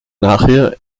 nachher